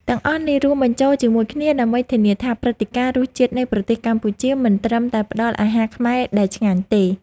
ទាំងអស់នេះរួមបញ្ចូលជាមួយគ្នា ដើម្បីធានាថា ព្រឹត្តិការណ៍ “រសជាតិនៃប្រទេសកម្ពុជា” មិនត្រឹមតែផ្តល់អាហារខ្មែរដែលឆ្ងាញ់ទេ